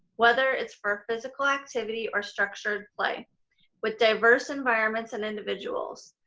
whether it's for physical activity or structured play with diverse environments and individuals.